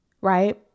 Right